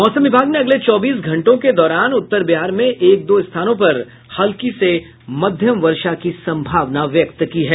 मौसम विभाग ने अगले चौबीस घंटों के दौरान उत्तर बिहार में एक दो स्थानों पर हल्की से मध्यम वर्षा की संभावना व्यक्त की है